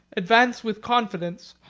advance with confidence,